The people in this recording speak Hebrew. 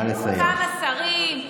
כמה שרים,